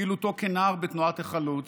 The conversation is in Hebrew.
פעילותו כנער בתנועת החלוץ,